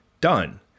done